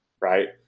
right